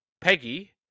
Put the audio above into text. Peggy